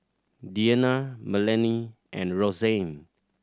Deanna Melany and Roxanne